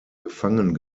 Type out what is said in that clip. gefangen